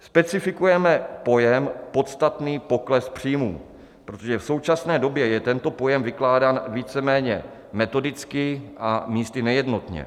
Specifikujeme pojem podstatný pokles příjmu, protože v současné době je tento pojem vykládán víceméně metodicky a místy nejednotně.